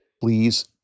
please